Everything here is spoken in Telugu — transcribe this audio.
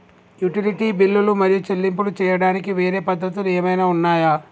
యుటిలిటీ బిల్లులు మరియు చెల్లింపులు చేయడానికి వేరే పద్ధతులు ఏమైనా ఉన్నాయా?